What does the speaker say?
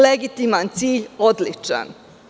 Legitiman cilj, odličan.